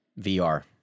vr